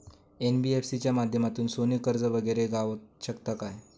NBFC च्या माध्यमातून सोने कर्ज वगैरे गावात शकता काय?